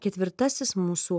ketvirtasis mūsų